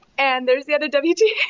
and there's the other.